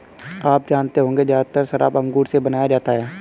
आप जानते होंगे ज़्यादातर शराब अंगूर से बनाया जाता है